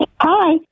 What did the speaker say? Hi